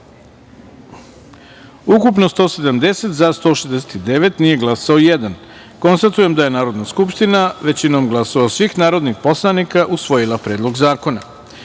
ukupno – 170, za – 169, nije glasao jedan. Konstatujem da je Narodna skupština većinom glasova svih narodnih poslanika usvojila Predlog zakona. Četvrta